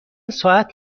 ساعت